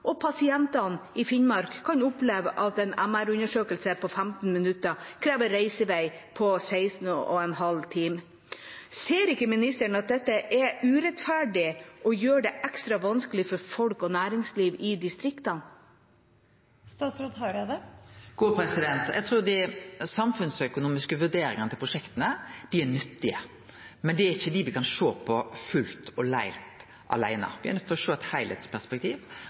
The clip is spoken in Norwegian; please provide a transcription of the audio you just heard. og pasientene i Finnmark kan oppleve at en MR-undersøkelse på 15 minutter krever en reisevei på 16,5 timer. Ser ikke ministeren at dette er urettferdig og gjør det ekstra vanskelig for folk og næringsliv i distriktene? Eg trur dei samfunnsøkonomiske vurderingane til prosjekta er nyttige, men dei er ikkje det me kan sjå på fullt og heilt, aleine. Me er nøydde til å sjå